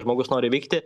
žmogus nori vykti